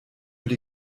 die